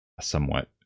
somewhat